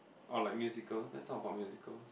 or like musicals let's talk about musicals